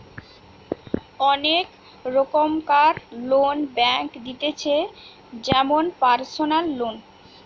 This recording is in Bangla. অনেক রোকমকার লোন ব্যাঙ্ক দিতেছে যেমন পারসনাল লোন